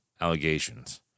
Allegations